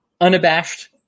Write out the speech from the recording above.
unabashed